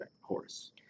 Horse